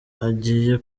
agiye